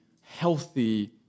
healthy